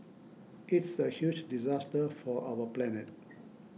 it's a huge disaster for our planet